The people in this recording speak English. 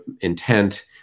intent